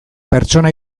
pertsona